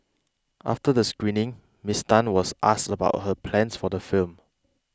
after the screening Ms Tan was asked about her plans for the film